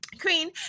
Queen